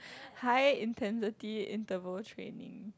high intensity interval training